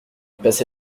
passer